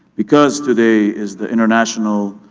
because today is the international